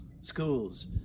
schools